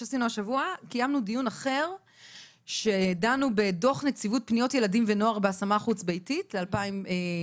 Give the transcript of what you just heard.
בנושא דוח נציבות פניות ילדים ונוער בהשמה חוץ ביתית ל-2021.